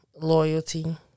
loyalty